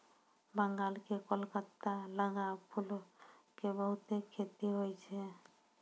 बंगाल के कोलकाता लगां फूलो के बहुते खेती होय छै